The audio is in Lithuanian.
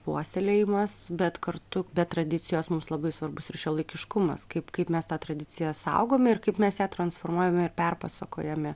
puoselėjimas bet kartu be tradicijos mums labai svarbus ir šiuolaikiškumas kaip kaip mes tą tradiciją saugome ir kaip mes ją transformuojame ir perpasakojame